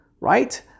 right